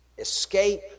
Escape